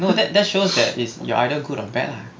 no that that shows that is you're either good or bad lah